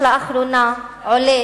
ממחקר שנערך לאחרונה עולה